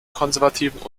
konservativen